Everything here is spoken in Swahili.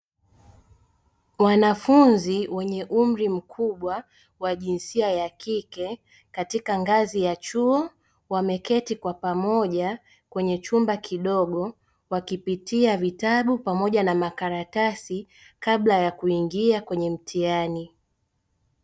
Wanafunzi wenye umri mkubwa wa jinsia ya kike katika ngazi ya chuo wameketi kwa pamoja kwenye chumba kidogo wakipitia vitabu pamoja na makaratasi kabla ya kuingia kwenye mtihani.